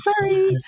Sorry